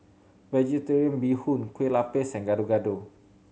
Vegetarian Bee Hoon Kueh Lapis and Gado Gado